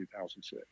2006